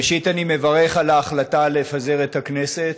ראשית, אני מברך על ההחלטה לפזר את הכנסת.